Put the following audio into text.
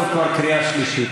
זאת כבר קריאה שלישית.